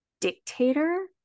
dictator